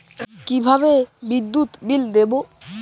কিভাবে বিদ্যুৎ বিল দেবো?